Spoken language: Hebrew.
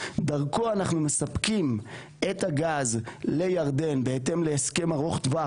דרכו אנחנו מספקים את הגז לירדן בהתאם להסכם ארוך טווח